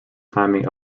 timing